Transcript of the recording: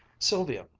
sylvia,